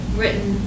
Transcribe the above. written